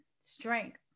strength